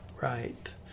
right